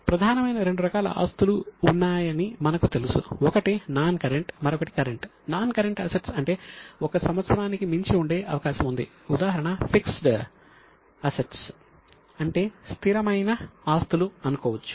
ప్రధానమైన రెండు రకాల ఆస్తులు ఉన్నాయని మనకు తెలుసు ఒకటి నాన్ కరెంట్ అంటే స్థిర ఆస్తులు అనుకోవచ్చు